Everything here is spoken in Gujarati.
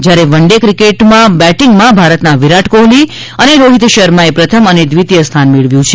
જ્યારે વન ડે ક્રિકેટમાં બેટિંગમાં ભારતના વિરાટ કોહલી અને રોહિત શર્માએ પ્રથમ અને દ્વિતીય સ્થાન મેળવ્યું છે